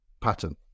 Pattern